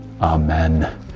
Amen